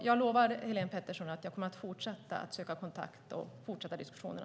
Jag lovar Helén Pettersson att jag kommer att fortsätta att söka kontakt och fortsätta diskussionerna.